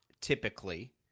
typically